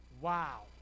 Wow